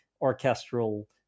orchestral